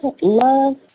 love